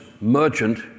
merchant